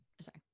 Sorry